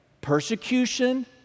Persecution